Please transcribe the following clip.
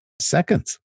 seconds